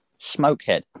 smokehead